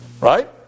Right